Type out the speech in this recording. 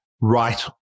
right